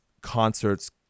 concerts